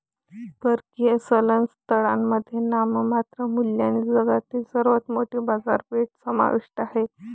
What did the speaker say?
परकीय चलन स्थळांमध्ये नाममात्र मूल्याने जगातील सर्वात मोठी बाजारपेठ समाविष्ट आहे